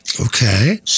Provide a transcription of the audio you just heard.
Okay